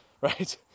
right